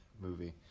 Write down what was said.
movie